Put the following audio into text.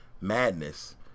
madness